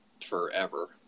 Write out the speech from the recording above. forever